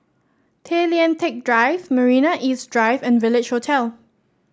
Tay Lian Teck Drive Marina East Drive and Village Hotel